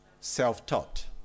self-taught